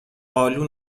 آلو